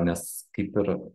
nes kaip ir